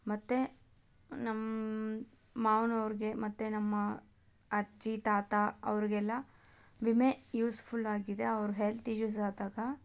ಮತ್ತು ನಮ್ಮ ಮಾವನವ್ರಿಗೆ ಮತ್ತು ನಮ್ಮ ಅಜ್ಜಿ ತಾತ ಅವ್ರಿಗೆಲ್ಲ ವಿಮೆ ಯೂಸ್ಫುಲ್ ಆಗಿದೆ ಅವ್ರ ಹೆಲ್ತ್ ಇಶ್ಯೂಸ್ ಆದಾಗ